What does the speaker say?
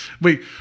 wait